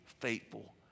faithful